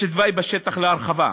יש תוואי בשטח להרחבה,